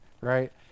right